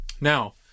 Now